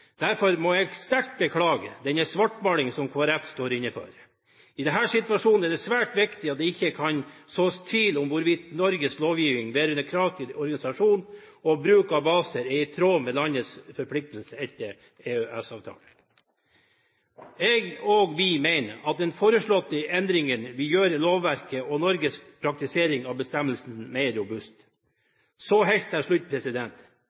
Derfor må jeg sterkt beklage den svartmalingen som Kristelig Folkeparti står inne for. I denne situasjonen er det svært viktig at det ikke kan sås tvil om hvorvidt Norges lovgivning vedrørende krav til organisasjon og bruk av baser er i tråd med landets forpliktelser etter EØS-avtalen. Jeg – og vi – mener at den foreslåtte endringen vil gjøre lovverket og Norges praktisering av bestemmelsen mer